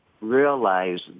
realize